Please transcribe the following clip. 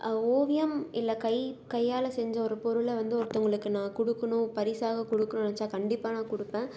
ஓவியம் இல்லை கை கையால் செஞ்ச ஒரு பொருளை வந்து ஒருத்தங்களுக்கு நான் கொடுக்கணும் பரிசாக கொடுக்கணும் நினச்சா கண்டிப்பாக நான் கொடுப்பேன்